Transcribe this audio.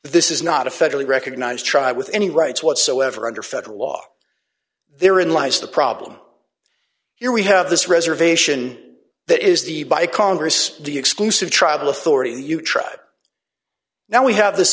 this is not a federally recognized tribes with any rights whatsoever under federal law there in lies the problem here we have this reservation that is the by congress the exclusive tribal authority you try now we have this